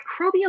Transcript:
microbial